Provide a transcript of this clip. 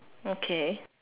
okay